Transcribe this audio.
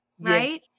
right